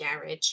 garage